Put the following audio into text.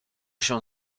się